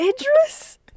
Idris